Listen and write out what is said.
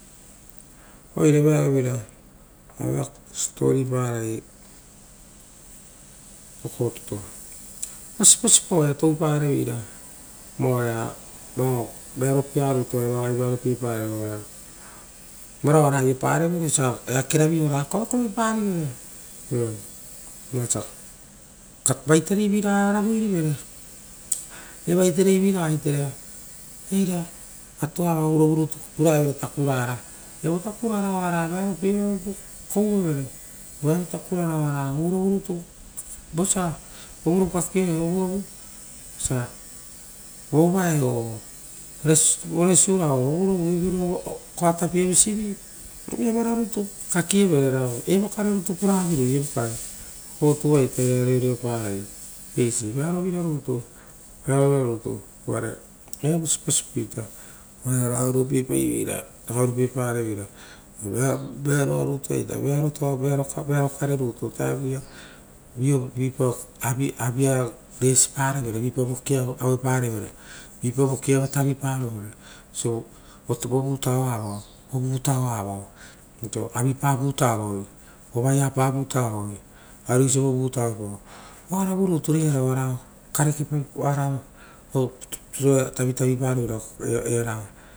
Oire vearovira aue iava siposipo pavoi kokotuto. Vosiposipo oaia toupareveira. Vaoia vearopieranita oaia ragai vearo pie pare veira, varao oara aiopa revere, oraeake rovi ora kovekove parivere iu vosia vaiterei viraga raguirivere. Evaiterei viraga, eira vatuava iria ovirovu rutu puraevere takurara, evo takuraro oara vearopie vira nutu koue evere, uva evo takuraro ora ovirovurutu vosia, vosia ovirovu kaki evere, ovirovu vosia. Vovavae oo, voresiura oo ovirovu, koatapie visivi, touvira evara nutu kaki evere, evo kare nutu puraviro evo kare, kokotu aitereare reoreoparai. eisi veoaro vira nutu, vearovira nutu uvare evo siposipo ita ragai oruopi epaiveira. vearoa nutu aita, vearo kare nutu, iu ovutarovuia vipa avia resi parevei ra, vipa vokia auepare vere, vipa vokia iava tavi parovere oisio vovutaoaa vaoia vovutao avaoia, oisio avipa vutu vaoia ovaepa vuta vaoia, apeisi vovutaoe pao oaravu rutu reoara ora kareke pie opitupitu roa iava tavitavi paro vera.